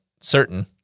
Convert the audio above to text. certain